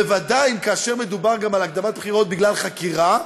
בוודאי אם מדובר גם על הקדמת בחירות בגלל חקירה,